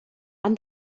and